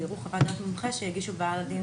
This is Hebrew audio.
ויראו חוות דעת מומחה שהגישו בעלי הדין